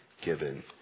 given